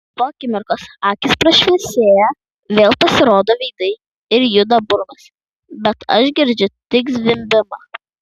po akimirkos akys prašviesėja vėl pasirodo veidai ir juda burnos bet aš girdžiu tik zvimbimą